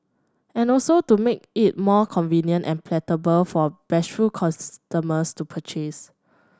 and also to make it more convenient and palatable for bashful customers to purchase